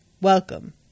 Welcome